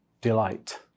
delight